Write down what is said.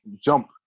jump